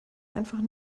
einfach